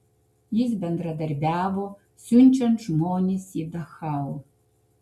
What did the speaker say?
jis bendradarbiavo siunčiant žmones į dachau